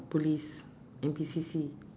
police N_P_C_C